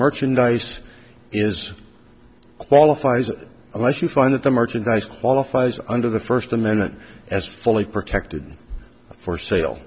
merchandise is qualifies unless you find that the merchandise qualifies under the first amendment as fully protected for sale